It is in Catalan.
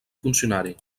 funcionari